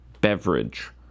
beverage